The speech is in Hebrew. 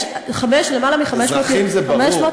יש למעלה מ-500 אזרחים, אזרחים זה ברור.